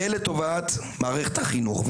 ולטובת מערכת החינוך,